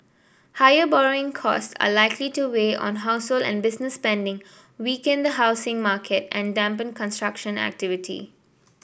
higher borrowing costs are likely to weigh on household and business spending weaken the housing market and dampen construction activity